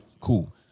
cool